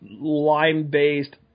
lime-based